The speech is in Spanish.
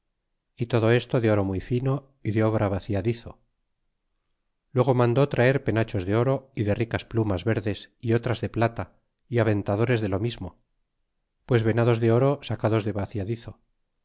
y todo esto de oro muy fino y de obra vaciadizo y luego manda traer penachos de oro y de ricas plumas verdes y otras de plata y aventadores de lo mismo pues venados de oro sacados de vaciadizo